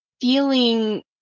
feeling